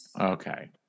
Okay